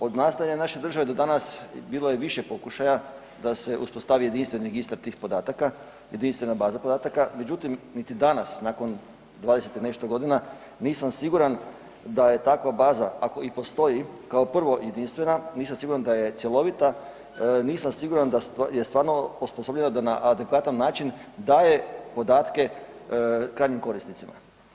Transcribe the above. Od nastajanja naše države do danas bilo je više pokušaja da se uspostavi jedinstven registar tih podatka, jedinstvena baza podataka, međutim niti danas nakon 20 i nešto godina nisam siguran da je takva baza ako i postoji kao prvo jedinstvena, nisam siguran da je cjelovita, nisam siguran da je stvarno osposobljena da na adekvatan način daje podatke krajnjim korisnicima.